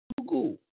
Google